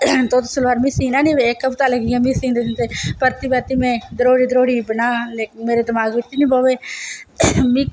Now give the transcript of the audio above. तूती सलबार मिगी सीना नेईं अबे इक हफता लग्गी गया मि सिंदे परती परती में दरोड़ी दरोड़ी बनां लेकिन मेरे दिमाक बिच नेईं पवै मीं